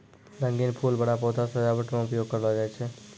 रंगीन फूल बड़ा पौधा सजावट मे उपयोग करलो जाय छै